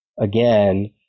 again